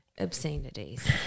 obscenities